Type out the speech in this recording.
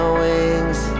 wings